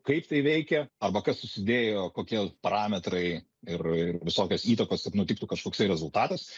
kaip tai veikia arba kas susidėjo kokie parametrai ir ir visokios įtakos kad nutiktų kažkoksai rezultatas